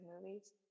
movies